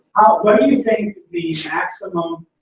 what do you think the maximum.